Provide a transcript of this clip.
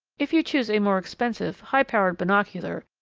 if you choose a more expensive, high-powered binocular,